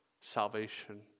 salvation